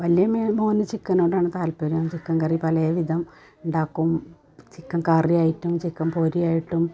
വല്യമ്മേ മോന് ചിക്കനോടാണ് താത്പര്യം ചിക്കൻ കറി പല വിധം ഉണ്ടാക്കും ചിക്കൻ കറിയായിട്ടും ചിക്കൻ പൊരിയായിട്ടും